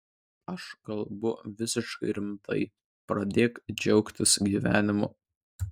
aš kalbu visiškai rimtai pradėk džiaugtis gyvenimu